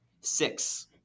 Six